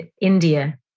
India